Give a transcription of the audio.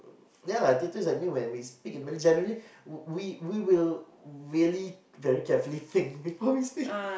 yeah lah teachers like me when we speak in Malay generally we we will really very carefully think before we speak